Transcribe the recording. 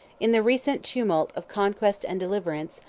in the recent tumult of conquest and deliverance,